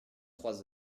trois